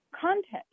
content